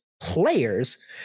players